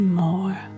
more